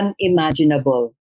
unimaginable